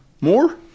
More